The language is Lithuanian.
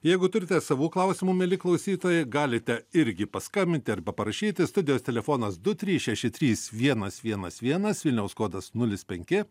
jeigu turite savų klausimų mieli klausytojai galite irgi paskambinti arba parašyti studijos telefonas du trys šeši trys vienas vienas vienas vilniaus kodas nulis penki